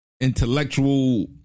Intellectual